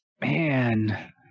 man